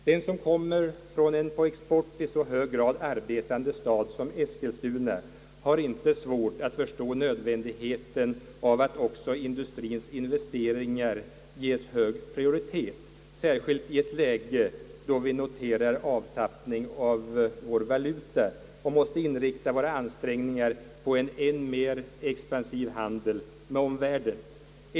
Den som kommer från en på export i så hög grad arbetande stad som Eskilstuna har inte haft svårt att förstå nödvändigheten av att också ge industriens investeringar hög prioritet, särskilt i ett läge då vi noterar avtappning av vår valuta och måste inrikta våra ansträngningar på en än mer expansiv handel med omvärlden.